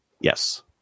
yes